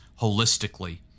holistically